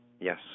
yes